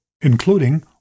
including